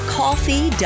coffee